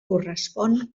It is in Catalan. correspon